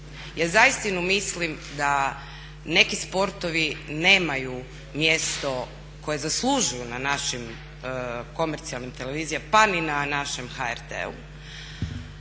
ja zaistinu mislim da neki sportovi nemaju mjesto koje zaslužuju na našim komercijalnim televizijama, pa ni na našem HRT-u,